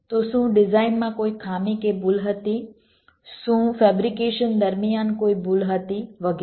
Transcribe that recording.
તો શું ડિઝાઈનમાં કોઈ ખામી કે ભૂલ હતી શું ફેબ્રિકેશન દરમિયાન કોઈ ભૂલ હતી વગેરે